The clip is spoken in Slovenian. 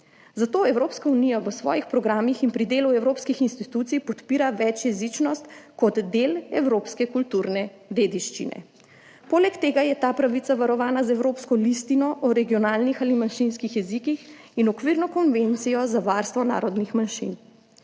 zato Evropska unija v svojih programih in pri delu evropskih institucij podpira večjezičnost kot del evropske kulturne dediščine. Poleg tega je ta pravica varovana z Evropsko listino o regionalnih ali manjšinskih jezikih in Okvirno konvencijo za varstvo narodnih manjšin.